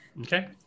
Okay